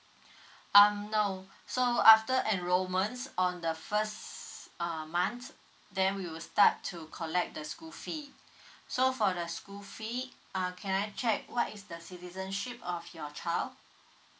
um no so after enrollments on the first uh month then we will start to collect the school fee so for the school fee uh can I check what is the citizenship of your child